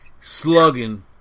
Slugging